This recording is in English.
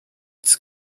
its